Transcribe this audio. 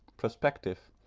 prospective,